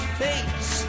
face